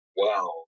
wow